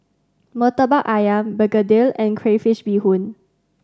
Murtabak Ayam begedil and crayfish beehoon